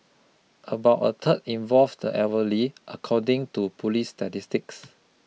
about a third involved the elderly according to police statistics